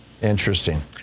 Interesting